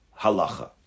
halacha